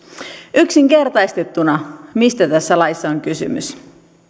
yksinkertaistettuna mistä tässä laissa on kysymys